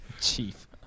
Chief